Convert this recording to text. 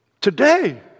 Today